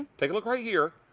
take a look right here,